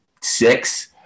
six